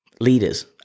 leaders